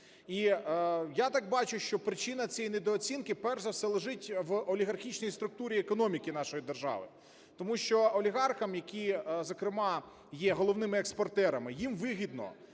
І я так бачу, що причина цієї недооцінки, перш за все, лежить в олігархічній структурі економіки нашої держави. Тому що олігархам, які, зокрема, є головними експортерами, їм вигідно